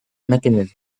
mechanism